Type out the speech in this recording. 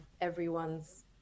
everyone's